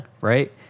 Right